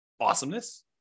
Awesomeness